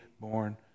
born